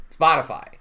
Spotify